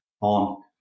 on